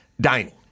dining